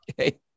Okay